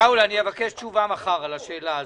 שאול, אני אבקש תשובה מחר על השאלה הזאת.